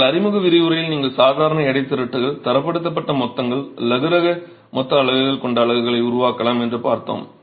எங்கள் அறிமுக விரிவுரையில் நீங்கள் சாதாரண எடை திரட்டுகள் தரப்படுத்தப்பட்ட மொத்தங்கள் இலகுரக மொத்த அலகுகள் கொண்ட அலகுகளை உருவாக்கலாம் என்று பார்த்தோம்